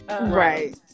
Right